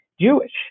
Jewish